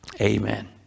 Amen